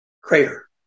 crater